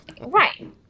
Right